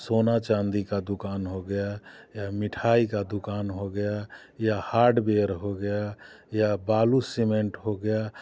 सोना चांदी का दुकान हो गया या मिठाई का दुकान हो गया या हार्डबेयर हो गया या बालू सिमेंट हो गया